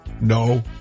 No